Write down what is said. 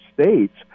States